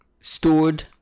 stored